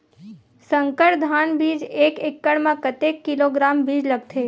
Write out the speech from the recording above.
संकर धान बीज एक एकड़ म कतेक किलोग्राम बीज लगथे?